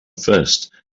first